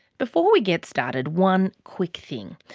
before we get started, one quick thing.